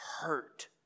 hurt